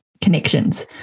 connections